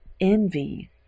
envy